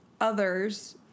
others